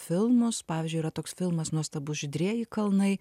filmus pavyzdžiui yra toks filmas nuostabus žydrieji kalnai